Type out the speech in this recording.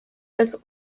als